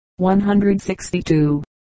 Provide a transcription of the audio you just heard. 162